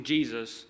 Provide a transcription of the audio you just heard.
Jesus